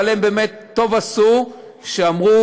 אבל באמת טוב עשו שאמרו: